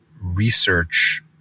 research